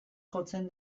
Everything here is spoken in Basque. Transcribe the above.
jotzen